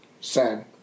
Sad